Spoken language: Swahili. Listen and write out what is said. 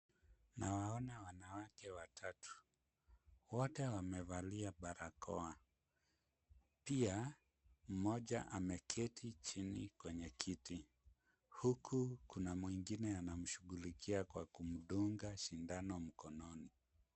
Nawaona wanawake watatu wote wamevalia barakoa, pia mmoja ameketi chini kwenye kiti huku kuna mwingine anamshughulikia kwa kumdunga sindano mkononi.